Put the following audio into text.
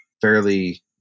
fairly